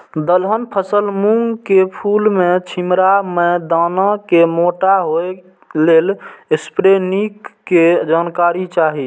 दलहन फसल मूँग के फुल में छिमरा में दाना के मोटा होय लेल स्प्रै निक के जानकारी चाही?